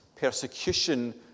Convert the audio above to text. persecution